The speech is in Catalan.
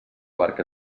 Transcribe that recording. barca